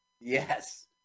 Yes